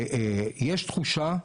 שיש תחושה,